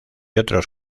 otros